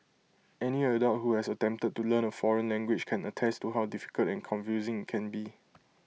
any adult who has attempted to learn A foreign language can attest to how difficult and confusing IT can be